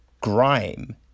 Grime